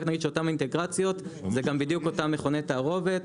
רק נגיד שאותן אינטגרציות זה גם בדיוק אותם מכוני תערובת,